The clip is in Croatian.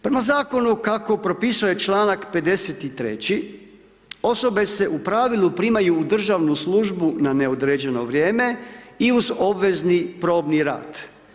Prema zakonu kako propisuje članak 53., osobe se u pravilu primaju u državnu službu na neodređeno vrijeme i uz obvezni probni rad.